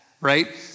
right